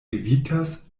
evitas